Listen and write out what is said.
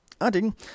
adding